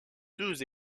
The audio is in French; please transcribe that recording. deux